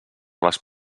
les